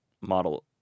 Model